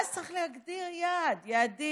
אז צריך להגדיר יעדים,